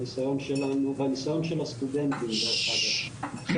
והניסיון של הסטודנטים דרך אגב,